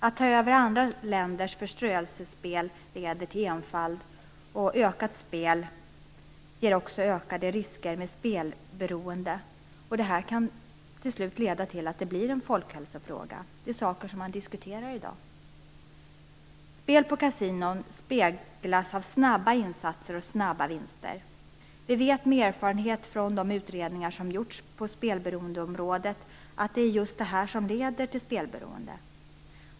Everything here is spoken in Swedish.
Att ta över andra länders förströelsespel leder till enfald, och ökat spel ger också ökade risker för spelberoende. Det här kan till slut leda till att spelberoendet blir en folkhälsofråga. Det är saker som man diskuterar i dag. Spel på kasinon speglas av snabba insatser och snabba vinster. Vi vet med erfarenhet från de utredningar som gjorts på spelberoendeområdet att det är just det som leder till spelberoende.